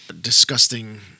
disgusting